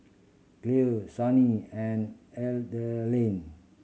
Clare Sunny and Ethelene